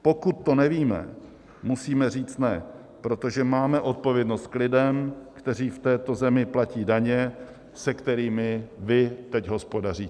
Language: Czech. Pokud to nevíme, musíme říct ne, protože máme odpovědnost k lidem, kteří v této zemi platí daně, se kterými vy teď hospodaříte.